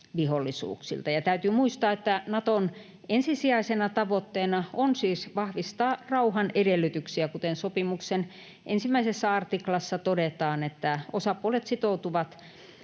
vihollisuuksilta. Ja täytyy muistaa, että Naton ensisijaisena tavoitteena on siis vahvistaa rauhan edellytyksiä, kuten sopimuksen 1 artiklassa todetaan, että osapuolet sitoutuvat